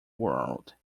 world